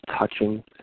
touching